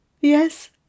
Yes